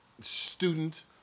student